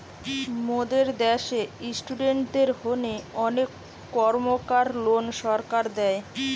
মোদের দ্যাশে ইস্টুডেন্টদের হোনে অনেক কর্মকার লোন সরকার দেয়